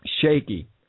shaky